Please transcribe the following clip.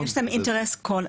יש להם אינטרס כל הזמן.